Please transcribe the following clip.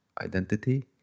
identity